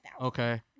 okay